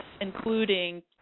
including